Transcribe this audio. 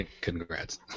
congrats